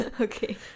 Okay